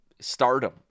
stardom